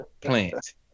plant